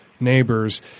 neighbors